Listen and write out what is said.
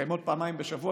מתקיימות פעמיים בשבוע,